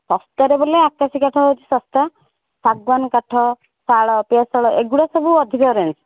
ଶସ୍ତାରେ ବୋଲେ ଆକାଶି କାଠ ହଉଛି ଶସ୍ତା ଶାଗୁଆନ କାଠ ସାଳ ପିଆଶାଳ ଏଗୁଡ଼ା ସବୁ ଅଧିକ ରେଟ୍